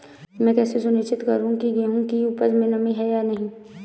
मैं कैसे सुनिश्चित करूँ की गेहूँ की उपज में नमी है या नहीं?